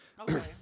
Okay